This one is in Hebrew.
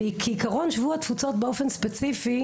כעקרון, שבוע התפוצות באופן ספציפי,